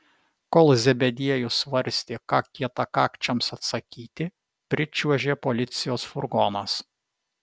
kol zebediejus svarstė ką kietakakčiams atsakyti pričiuožė policijos furgonas